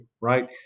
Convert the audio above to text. right